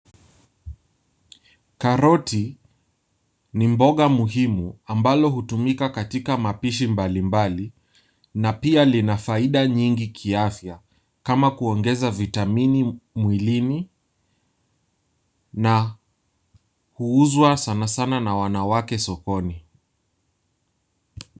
Karoti ni mboga muhimu ambalo hutumika katika mapishi mbali mbali na pia lina faida nyingi kiafya kama kuongeza vitamini mwilini na huuzwa sana sana na wanawake sokoni .